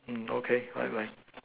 mm okay bye bye